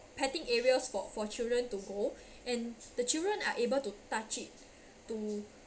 petting areas for for children to go and the children are able to touch it to